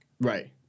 Right